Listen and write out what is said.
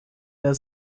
der